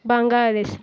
Bangladesh